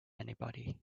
anybody